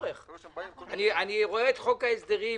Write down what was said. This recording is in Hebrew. ארנון שגב, קרנות ההשתלמות